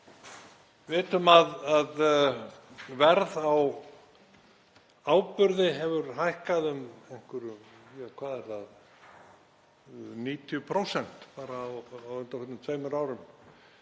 Við vitum að verð á áburði hefur hækkað um 90% bara á undanförnum tveimur árum,